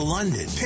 London